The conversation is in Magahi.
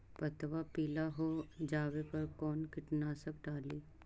पतबा पिला हो जाबे पर कौन कीटनाशक डाली?